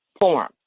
form